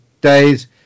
days